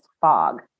fog